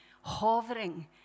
hovering